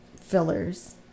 fillers